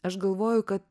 aš galvoju kad